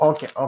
Okay